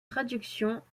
traduction